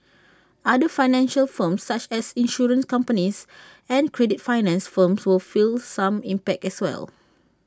other financial firms such as insurance companies and credit finance firms will feel some impact as well